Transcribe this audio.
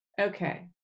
Okay